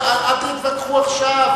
אל תתווכחו עכשיו.